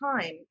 time